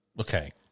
Okay